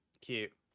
Cute